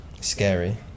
scary